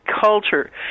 culture